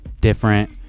different